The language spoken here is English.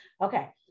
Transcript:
Okay